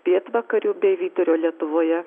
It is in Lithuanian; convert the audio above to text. pietvakarių bei vidurio lietuvoje